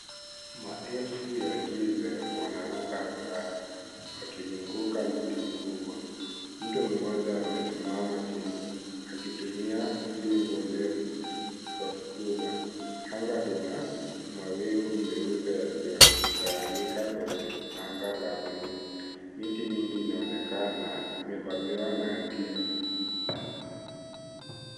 Maelfu ya nzige wanaruka angani wakizunguka mti mkubwa. Mtu mmoja amesimama chini akitumia fimbo ndefu kuwafukuza. Anga lina mawingu meupe yaliyotawanyika kwenye anga la buluu. Miti mingi inaonekana imevamiwa na nzige.